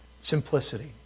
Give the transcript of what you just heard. Simplicity